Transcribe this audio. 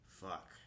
Fuck